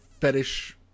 fetish